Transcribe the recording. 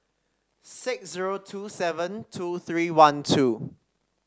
six zero two seven two three one two